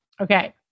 Okay